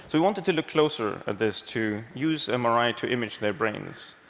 we wanted to look closer at this to use mri to image their brains.